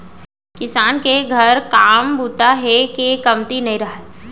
किसान के घर काम बूता हे के कमती नइ रहय